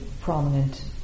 prominent